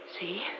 See